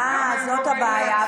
אה, זאת הבעיה.